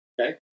Okay